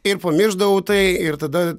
ir pamiršdavau tai ir tada